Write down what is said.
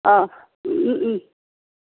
অঁ